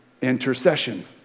intercession